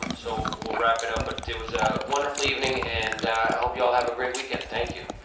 um so we'll we'll wrap it up. but it was a wonderful evening, and i hope you all have a great weekend. thank you.